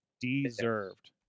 Deserved